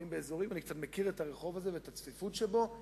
אני קצת מכיר את הרחוב הזה ואת הצפיפות שבו,